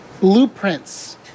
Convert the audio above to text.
blueprints